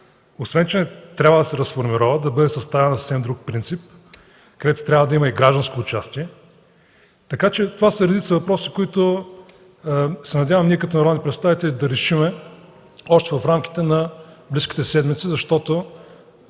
освен че трябва да се разформирова, да бъде съставена на съвсем друг принцип, където трябва да има и гражданско участие. Това са редица въпроси, които се надявам като народни представители да решим още в рамките на близките седмици, защото